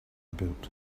built